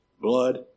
blood